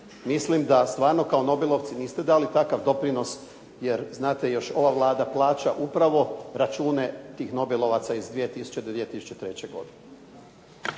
Mislim da stvarno kao nobelovci niste dali takav doprinos, jer znate ova Vlada još plaća račune tih nobelovaca iz 2000. do 2003. godine.